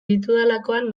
ditudalakoan